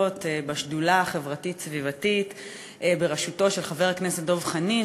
ובשדולה החברתית-סביבתית בראשותו של חבר הכנסת דב חנין,